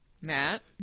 Matt